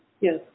Yes